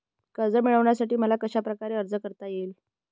कर्ज मिळविण्यासाठी मला कशाप्रकारे अर्ज करता येईल?